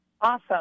Awesome